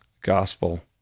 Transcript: gospel